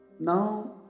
Now